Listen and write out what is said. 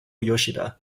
yoshida